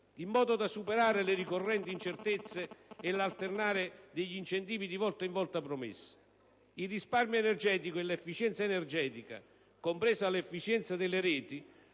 in modo da superare le ricorrenti incertezze e l'alternare degli incentivi di volta in volta promessi. Il risparmio e l'efficienza energetici, compresa l'efficienza delle reti,